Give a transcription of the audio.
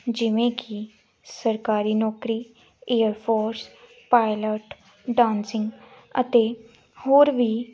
ਜਿਵੇਂ ਕਿ ਸਰਕਾਰੀ ਨੌਕਰੀ ਏਅਰ ਫੋਰਸ ਪਾਇਲਟ ਡਾਂਸਿੰਗ ਅਤੇ ਹੋਰ ਵੀ